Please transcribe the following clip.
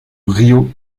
río